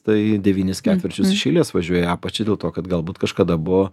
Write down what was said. tai devynis ketvirčius iš eilės važiuoja į apačią dėl to kad galbūt kažkada buvo